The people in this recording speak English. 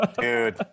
dude